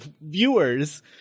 viewers